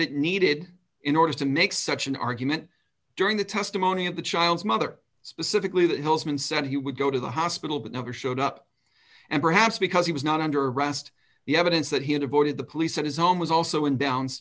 it needed in order to make such an argument during the testimony of the child's mother specifically that holzman said he would go to the hospital but never showed up and perhaps because he was not under arrest the evidence that he had avoided the police on his own was also in downs